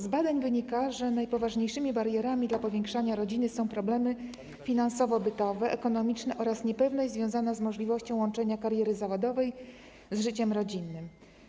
Z badań wynika, że najpoważniejszymi barierami, jeśli chodzi o powiększanie rodzin, są problemy finansowo-bytowe, ekonomiczne oraz niepewność związana z możliwością łączenia kariery zawodowej z życiem rodzinnym.